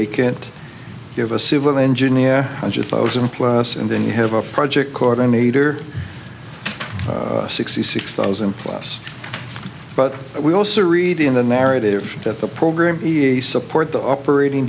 have a civil engineer hundred thousand plus and then you have a project coordinator sixty six thousand plus but we also read in the narrative that the program e a support the operating